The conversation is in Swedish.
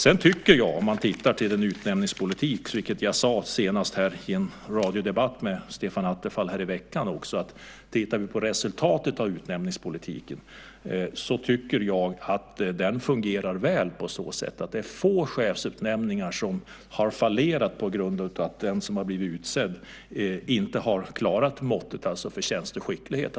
Sedan tycker jag, som jag också sade i en radiodebatt med Stefan Attefall i veckan, att om vi tittar på resultatet av utnämningspolitiken fungerar den väl på så sätt att det är få chefsutnämningar som har fallerat på grund av att den som har blivit utsedd inte har hållit måttet, alltså detta med förtjänst och skicklighet.